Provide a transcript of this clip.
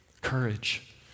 Courage